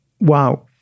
Wow